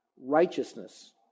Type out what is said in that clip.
Righteousness